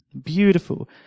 Beautiful